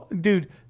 dude